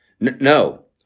No